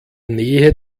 nähe